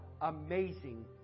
amazing